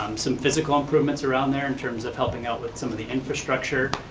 um some physical improvements around there in terms of helping out with some of the infrastructure,